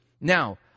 Now